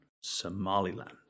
Somaliland